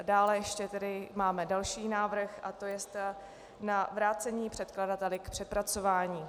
Dále ještě máme další návrh a to je na vrácení předkladateli k přepracování.